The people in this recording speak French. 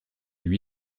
lui